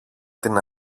την